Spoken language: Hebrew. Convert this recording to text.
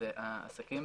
עסקים